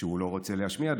שהוא לא רוצה להשמיע,